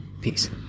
peace